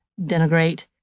denigrate